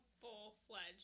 full-fledged